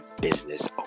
business